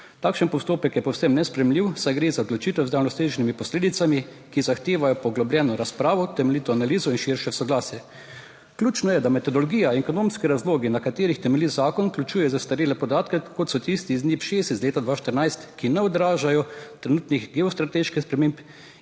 Takšen postopek je povsem nesprejemljiv, saj gre za odločitev z daljnosežnimi posledicami, ki zahtevajo poglobljeno razpravo, temeljito analizo in širše soglasje. Ključno je, da metodologija in ekonomski razlogi na katerih temelji zakon, vključuje zastarele podatke, kot so tisti z dne šest iz leta 2014, ki ne odražajo trenutnih geostrateških sprememb